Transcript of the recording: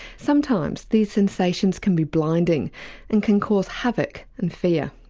sometimes these sensations can be blinding and can cause havoc and fear.